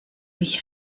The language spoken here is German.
mich